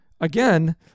again